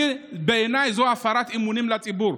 בעיניי זו הפרת אמונים לציבור.